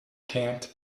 can’t